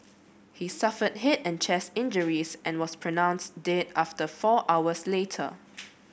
he suffered head and chest injuries and was pronounced dead after four hours later